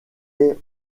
est